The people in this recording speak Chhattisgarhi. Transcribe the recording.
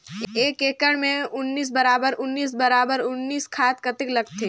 एक एकड़ मे उन्नीस बराबर उन्नीस बराबर उन्नीस खाद कतेक लगथे?